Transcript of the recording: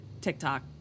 TikTok